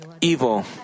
evil